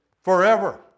Forever